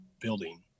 building